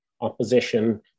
opposition